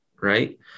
right